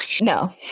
No